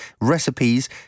recipes